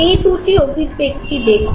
এই দুটি অভিব্যক্তি দেখুন